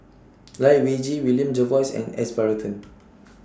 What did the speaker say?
Lai Weijie William Jervois and S Varathan